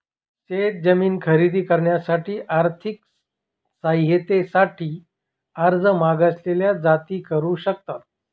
शेत जमीन खरेदी करण्यासाठी आर्थिक सहाय्यते साठी अर्ज मागासलेल्या जाती करू शकतात